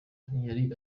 ntiyari